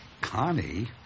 Connie